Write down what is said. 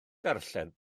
darllen